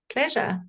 Pleasure